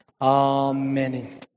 Amen